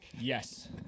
Yes